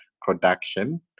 production